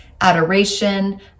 adoration